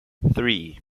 three